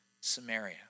Samaria